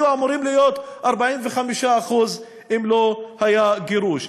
הם היו אמורים להיות 45% אם לא היה גירוש.